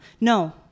No